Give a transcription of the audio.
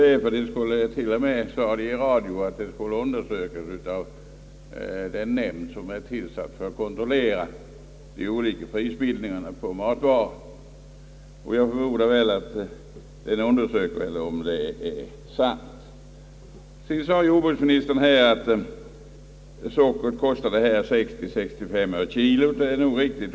Men jag tror inte det, ty man sade dessutom i radio att höjningen skulle undersökas av den nämnd som är tillsatt för att kontrollera prisbildningen på matvaror, och jag förmodar att nämnden undersöker om det är sant. Jordbruksministern sade att sockret här kostade 60—65 öre per kg. Det är nog riktigt.